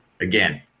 again